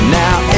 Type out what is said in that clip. now